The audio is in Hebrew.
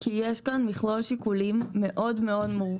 כי יש כאן מכלול שיקולים מאוד-מאוד מורכב.